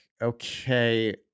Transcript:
okay